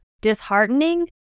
disheartening